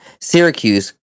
Syracuse